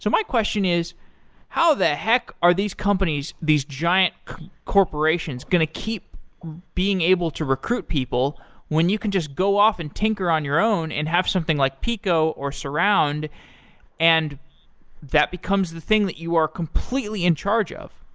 so my question is how the heck are these companies, these giant corporations going to keep being able to recruit people when you can just go off and tinker on your own and have something like peeqo, or so svrround and that becomes the thing that you are completely in charge of?